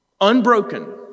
Unbroken